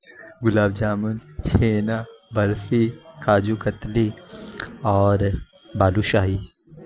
گلاب جامن چھینا برفی کاجو قتلی اور بالو شاہی